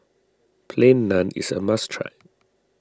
Plain Naan is a must try